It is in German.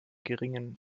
geringen